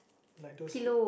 like those l~